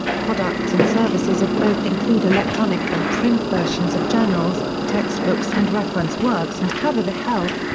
products and services of both include electronic and print versions of journals, textbooks and reference works and cover the health,